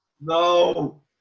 No